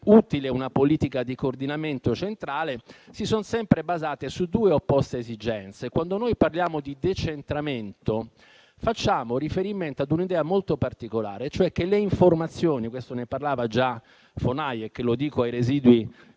o una politica di coordinamento centrale) si è sempre basato su due opposte esigenze. Quando parliamo di decentramento, facciamo riferimento ad un'idea molto particolare, cioè che le informazioni (di questo parlava già Von Hayek, lo dico ai residui